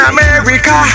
America